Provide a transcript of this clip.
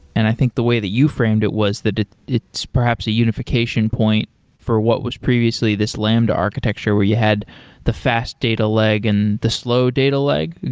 and i think the way that you framed it was that it's perhaps a unification point for what was previously this lambda architecture, where you had the fast data leg and the slow data leg.